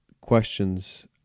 questions